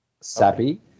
sappy